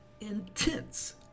intense